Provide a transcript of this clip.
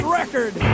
record